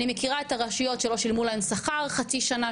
אני מכירה את הרשויות שלא שילמו להם שכר חצי שנה,